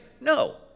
No